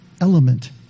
element